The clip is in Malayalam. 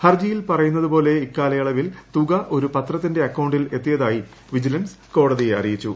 ്ഹർജിയിൽ പ്പറയുന്നപോലെ ഇക്കാലയളവിൽ തുക ഒരു പത്രത്തിന്റെ അക്കൌണ്ടിൽ എത്തിയതായി വിജിലൻസ് കോടതിയെ അറിയിച്ചു